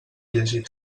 llegir